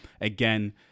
again